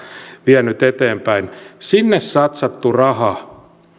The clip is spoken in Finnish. vienyt eteenpäin sinne satsattu raha